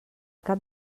cap